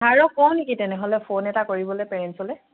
ছাৰক কওঁ নেকি তেনেহ'লে ফোন এটা কৰিবলৈ পেৰেণ্টছলৈ